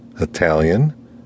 Italian